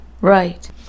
right